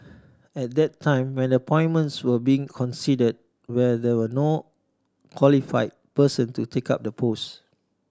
at the time when the appointments were being considered were there no qualified person to take up the posts